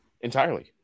Entirely